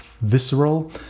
visceral